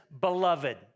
beloved